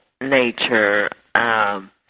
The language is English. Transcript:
nature